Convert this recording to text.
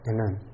Amen